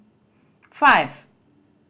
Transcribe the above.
five